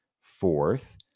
Fourth